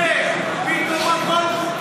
פתאום הכול בסדר.